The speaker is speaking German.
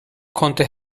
konnte